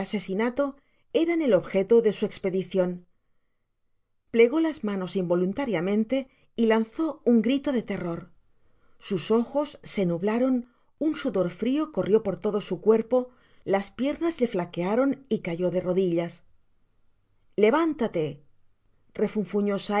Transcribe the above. asesinato erau el objeto de su espedicion plegó las manos invo riamente y lanzó un grito de terror sus ojos se nublare sudor frio corrió por todo su cuerpo las piernas le fia cayó de rodillas levántate refunfuñó